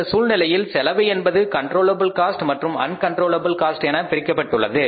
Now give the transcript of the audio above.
இந்த சூழ்நிலையில் செலவு என்பது கண்ட்ரோலபில் காஸ்ட் மற்றும் அண்கண்ட்ரோலபில் காஸ்ட் என பிரிக்கப்பட்டுள்ளன